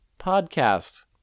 podcast